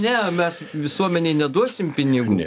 ne mes visuomenei neduosim pinigų